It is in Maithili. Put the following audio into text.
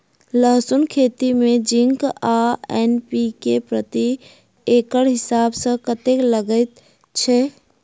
लहसून खेती मे जिंक आ एन.पी.के प्रति एकड़ हिसाब सँ कतेक लागै छै?